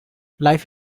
life